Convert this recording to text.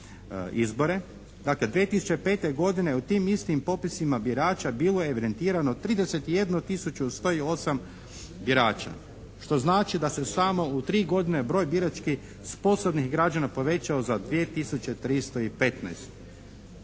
Dakle, 2005. godine u tim istim popisima birača bilo je evidentirano 31 tisuću 108 birača što znači da se u samo u tri godine broj biračkih sposobnih građana povećao za 2